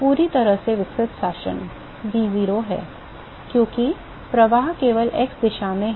पूरी तरह से विकसित शासन v 0 है क्योंकि प्रवाह केवल x दिशा में है